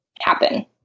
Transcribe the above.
happen